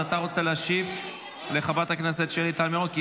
אז אתה רוצה להשיב לחברת הכנסת שלי טל מירון?